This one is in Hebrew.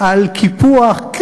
על קיפוח.